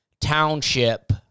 Township